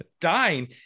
dying